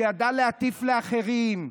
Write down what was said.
שידע להטיף לאחרים.